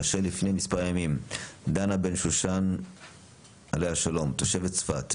כאשר לפני מספר ימים דנה בן-שושן - עליה השלום - תושבת צפת,